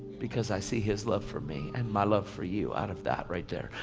because i see his love for me, and my love for you. out of that right there.